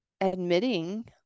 admitting